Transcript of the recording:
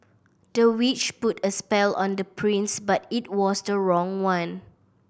the witch put a spell on the prince but it was the wrong one